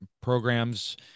programs